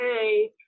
hey